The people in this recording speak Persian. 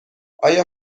آیا